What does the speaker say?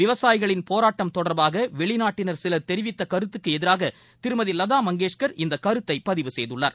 விவசாயிகள் போராட்டம் தொடர்பாக வெளிநாட்டினர் சிலர் தெரிவித்த கருத்துக்கு எதிராக திருமதி லதாா மங்கேஷ்வர் இந்த கருத்தை பதிவு செய்துள்ளார்